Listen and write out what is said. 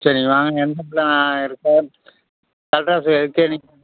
சரி நீங்கள் வாங்க எந்த இடத்துல நான் இருப்பேன் கலெக்டர் ஆஃபீஸ் எதுக்கே நிப்